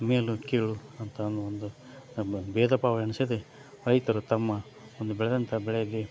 ಮೇಲು ಕೀಳು ಅಂತ ಅನ್ನುವ ಒಂದು ನಮ್ಮಲ್ಲಿ ಬೇಧ ಭಾವ ಎಣಿಸದೇ ರೈತರು ತಮ್ಮ ಒಂದು ಬೆಳೆದಂಥ ಬೆಳೆಯಲ್ಲಿ